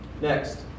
Next